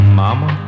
mama